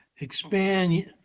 expand